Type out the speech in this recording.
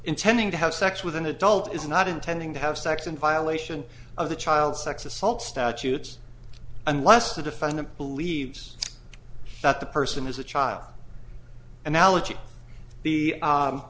intending to have sex with an adult is not intending to have sex in violation of the child sex assault statutes unless the defendant believes that the person is a child analogy the